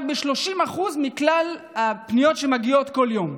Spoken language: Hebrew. רק ב-30% מכלל הפניות שמגיעות כל יום.